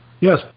Yes